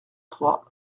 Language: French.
trois